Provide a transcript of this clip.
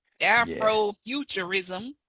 Afrofuturism